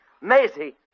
Maisie